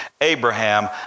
Abraham